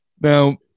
Now